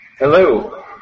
Hello